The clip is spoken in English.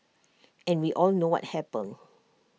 and we all know what happened